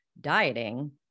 dieting